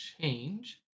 change